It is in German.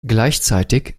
gleichzeitig